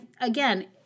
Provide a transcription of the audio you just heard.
again